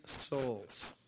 souls